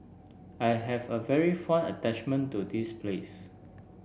I have a very fond attachment to this place